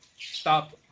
stop